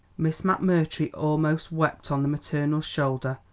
miss mcmurtry almost wept on the maternal shoulder.